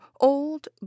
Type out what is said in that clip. old